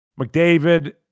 mcdavid